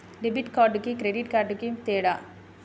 Debit కార్డుకి credit కార్డుకి తేడా?